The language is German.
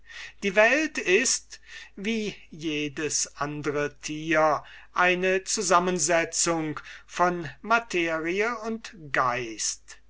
die welt ist wie jedes andre tier eine zusammensetzung von materie und geist